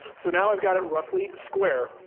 so now i've got it roughly square,